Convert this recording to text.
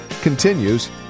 continues